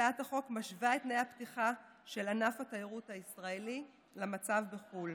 הצעת החוק משווה את תנאי הפתיחה של ענף התיירות הישראלי למצב בחו"ל